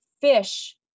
fish